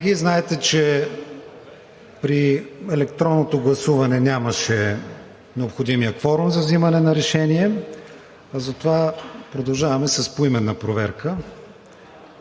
знаете, че при електронното гласуване нямаше необходимия кворум за взимане на решение. Затова продължаваме с поименна проверка,